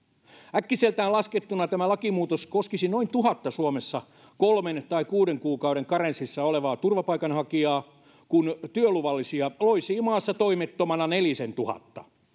äkkiseltään laskettuna tämä lakimuutos koskisi noin tuhatta suomessa kolmen tai kuuden kuukauden karenssissa olevaa turvapaikanhakijaa kun työluvallisia loisii maassa toimettomana nelisentuhatta